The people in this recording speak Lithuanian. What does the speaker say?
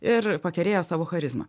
ir pakerėjo savo charizma